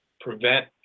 prevent